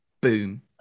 Boom